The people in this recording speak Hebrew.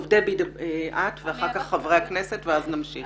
טוב, דבי, את ואחר כך חברי הכנסת ואז נמשיך.